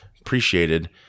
appreciated